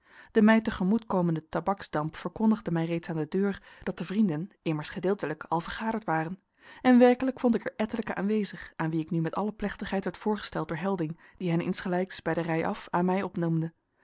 de mij te gemoet komende tabaksdamp verkondigde mij reeds aan de deur dat de vrienden immers gedeeltelijk al vergaderd waren en werkelijk vond ik er ettelijken aanwezig aan wie ik nu met alle plechtigheid werd voorgesteld door helding die hen insgelijks bij de rij af aan mij opnoemde